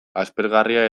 aspergarria